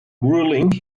grilling